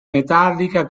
metallica